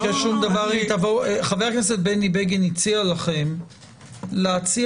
חבר הכנסת בני בגין הציע לכם להציע